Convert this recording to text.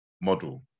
model